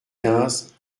quinze